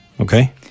Okay